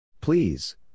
Please